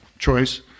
choice